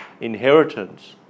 inheritance